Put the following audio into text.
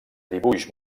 dibuix